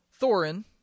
Thorin